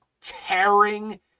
tearing